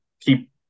keep